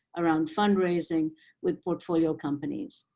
around fund raising with portfolio companies.